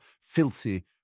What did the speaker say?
filthy